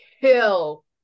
kill